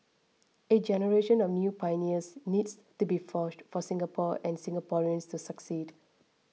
a generation of new pioneers needs to be forged for Singapore and Singaporeans to succeed